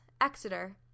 Exeter